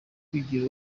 kwigira